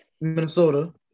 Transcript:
Minnesota